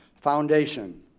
Foundation